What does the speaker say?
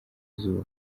izuba